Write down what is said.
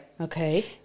Okay